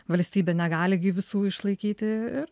valstybė negali gi visų išlaikyti ir